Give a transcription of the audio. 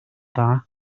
dda